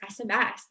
SMS